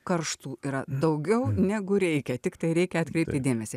karštų yra daugiau negu reikia tiktai reikia atkreipti dėmesį